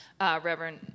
Reverend